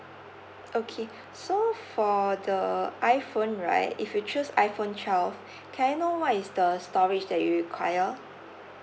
okay so for the iPhone right if you choose iPhone twelve can I know what is the storage that you require